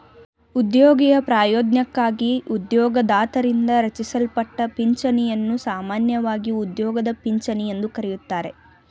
ಉದ್ಯೋಗಿಯ ಪ್ರಯೋಜ್ನಕ್ಕಾಗಿ ಉದ್ಯೋಗದಾತರಿಂದ ರಚಿಸಲ್ಪಟ್ಟ ಪಿಂಚಣಿಯನ್ನು ಸಾಮಾನ್ಯವಾಗಿ ಉದ್ಯೋಗದ ಪಿಂಚಣಿ ಎಂದು ಕರೆಯುತ್ತಾರೆ